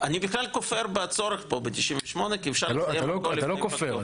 אני בכלל כופר בצורך פה ב-98 כי אפשר --- אתה לא כופר.